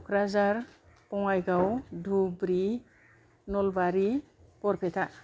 Kokrajhar Bongaigaon Dhubri Nalbari Barpeta